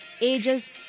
ages